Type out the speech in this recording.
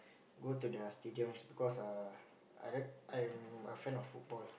go to their stadiums because err I like I'm a fan of football